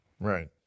Right